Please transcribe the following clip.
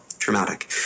traumatic